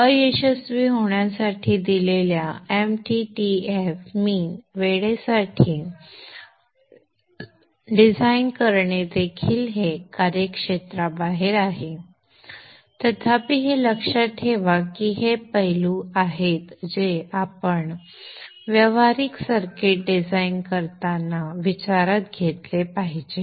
अयशस्वी होण्यासाठी दिलेल्या mttf मीन वेळेसाठी डिझाइन करणे देखील हे कार्यक्षेत्राबाहेर आहे तथापि हे लक्षात ठेवा की हे पैलू आहेत जे आपण व्यावहारिक सर्किट डिझाइन करताना विचारात घेतले पाहिजेत